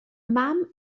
mam